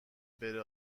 بره